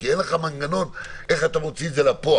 כי אין לך מנגנון איך אתה מוציא את זה לפועל.